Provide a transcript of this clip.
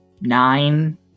nine